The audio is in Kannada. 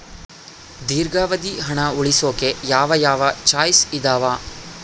ದೇರ್ಘಾವಧಿ ಹಣ ಉಳಿಸೋಕೆ ಯಾವ ಯಾವ ಚಾಯ್ಸ್ ಇದಾವ?